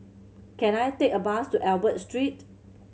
can I take a bus to Albert Street